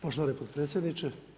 Poštovani potpredsjedniče.